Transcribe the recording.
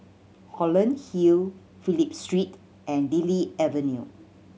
Holland Hill Phillip Street and Lily Avenue